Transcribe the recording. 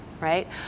right